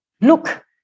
look